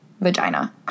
vagina